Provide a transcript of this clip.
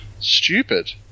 stupid